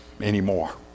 anymore